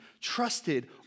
trusted